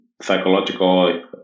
psychological